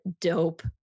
dope